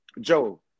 Joe